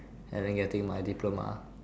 and then getting my diploma